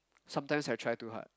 sometimes I try too hard